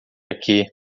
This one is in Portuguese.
aqui